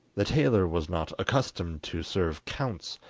the tailor was not accustomed to serve counts,